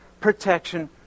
protection